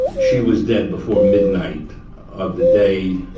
she was dead before midnight of the day